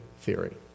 theory